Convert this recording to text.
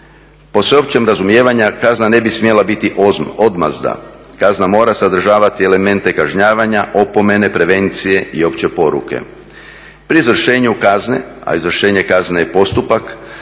Po sveopćem razumijevanju kazna ne bi smjela biti odmazda, kazna mora sadržavati elemente kažnjavanja, opomene, prevencije i opće poruke. Pri izvršenju kazne, a izvršenje kazne je postupak,